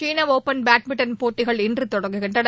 சீனஒபன் badminton போட்டிகள் இன்றுதொடங்குகின்றன